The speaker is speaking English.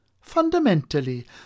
Fundamentally